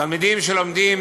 תלמידים שלומדים